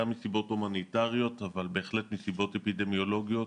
גם מסיבות הומניטריות אבל בהחלט מסיבות אפידמיולוגיות,